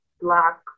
black